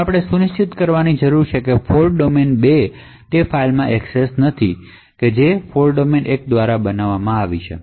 હવે આપણે સુનિશ્ચિત કરવાની જરૂર છે કે ફોલ્ટ ડોમેન 2 ને તે ફાઇલમાં એક્સેસ નથી કે જે ફોલ્ટ ડોમેન 1 દ્વારા બનાવવામાં આવી છે